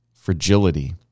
fragility